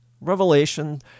Revelation